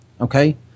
Okay